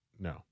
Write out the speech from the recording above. No